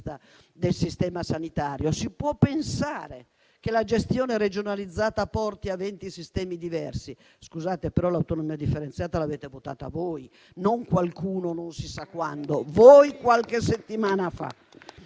del sistema sanitario e si può pensare che la gestione regionalizzata porti a venti sistemi diversi. Scusate, però, l'autonomia differenziata l'avete votata voi, non qualcuno non si sa quando; l'avete votata voi qualche settimana fa.